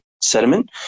sediment